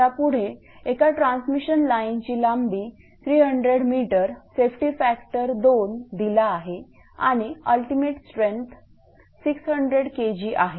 आता पुढे एका ट्रान्समिशन लाईनची लांबी 300 m सेफ्टी फॅक्टर 2दिला आहे आणि अल्टिमेट स्ट्रेंथ 600 Kgआहे